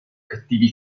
cattivi